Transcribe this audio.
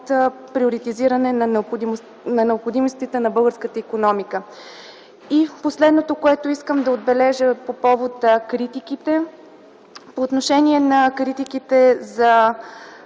приоритизиране на необходимостите на българската икономика. И последното, което искам да отбележа, е по повод критиките. По отношение на критиките за